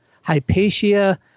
Hypatia